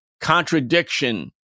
contradiction